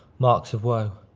marks of woe.